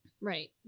right